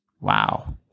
Wow